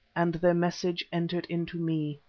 and their message entered into me.